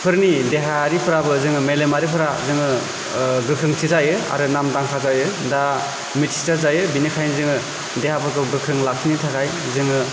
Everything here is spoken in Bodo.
फोरनि देहायारि बा मेलेमारिफोरा जोङो गोख्रोंथि जायो आरो नामदांखा जायो बा मिथिसार जायो दा बिनिखायनो देहाफोरखौ गोख्रों लाखिनो थाखाय जोङो